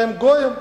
שהם גויים?